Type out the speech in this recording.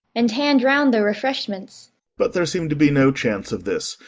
and hand round the refreshments but there seemed to be no chance of this,